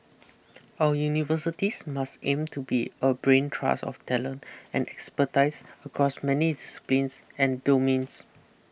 our universities must aim to be a brain trust of talent and expertise across many disciplines and domains